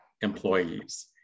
employees